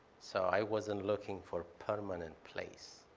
so i wasn't looking for permanent place.